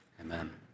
Amen